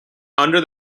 under